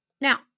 Now